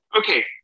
Okay